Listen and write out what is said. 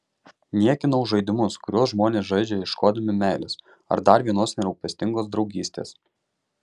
niekinau žaidimus kuriuos žmonės žaidžia ieškodami meilės ar dar vienos nerūpestingos draugystės